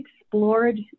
explored